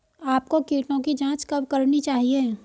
आपको कीटों की जांच कब करनी चाहिए?